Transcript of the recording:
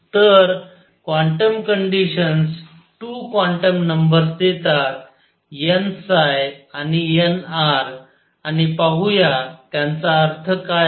तर quantum conditions 2 quantum numbers देतात n आणि nr आणि पाहूया त्यांचा अर्थ काय आहे